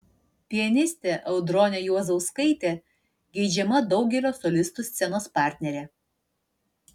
pianistė audronė juozauskaitė geidžiama daugelio solistų scenos partnerė